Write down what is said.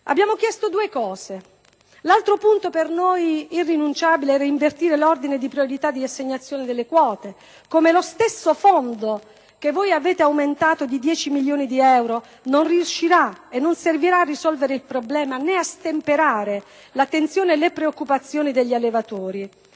sia affatto giusto. L'altro punto per noi irrinunciabile era invertire l'ordine di priorità di assegnazione delle quote. Lo stesso Fondo che avete aumentato di 10 milioni di euro non servirà a risolvere il problema né a stemperare la tensione e le preoccupazioni degli allevatori.